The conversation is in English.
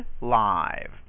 Live